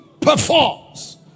performs